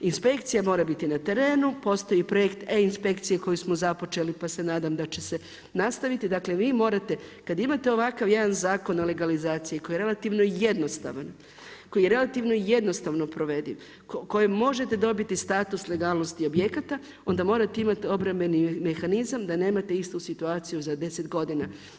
Inspekcija mora biti na terenu, postoji projekt e-inspekcije koji smo započeli pa se nadam da će se nastaviti, dakle vi morate, kada imate ovakav jedan Zakon o legalizaciji koji je relativno jednostavan, koji je relativno jednostavno provediv, kojim možete dobiti status legalnosti objekata onda morate imati obrambeni mehanizam da nemate istu situaciju za 10 godina.